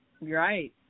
Right